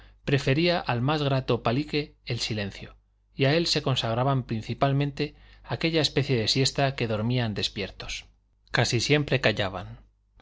prefería al más grato palique el silencio y a él se consagraba principalmente aquella especie de siesta que dormían despiertos casi siempre callaban no